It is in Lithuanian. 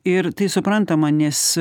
ir tai suprantama nes